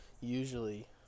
usually